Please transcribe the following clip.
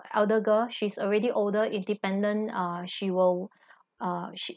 elder girl she's already older independent uh she will uh sh~